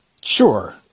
Sure